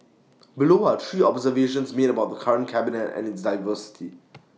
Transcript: below are three observations made about the current cabinet and its diversity